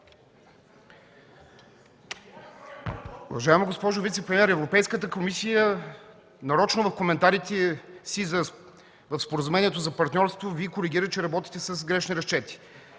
Уважаема госпожо вицепремиер, Европейската комисия нарочно в коментарите си по Споразумението за партньорство Ви коригира, че работите с грешни разчети.